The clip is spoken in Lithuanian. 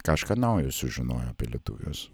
kažką naujo sužinojo apie lietuvius